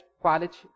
quality